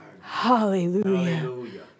Hallelujah